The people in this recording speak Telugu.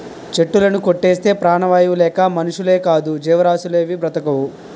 చెట్టులుని కొట్టేస్తే ప్రాణవాయువు లేక మనుషులేకాదు జీవరాసులేవీ బ్రతకవు